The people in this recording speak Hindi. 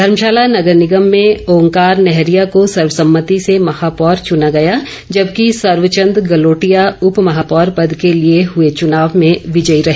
धर्मशाला नेगर निगम मेँ ओंकार नेहरिया को सर्वसम्मति से महापौर चुना गया जबकि सर्वचंद गलोटिया उपमहापौर पद के लिए हुए चुनाव में विजयी रहे